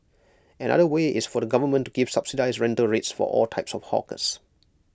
another way is for the government to give subsidised rental rates for all types of hawkers